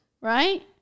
Right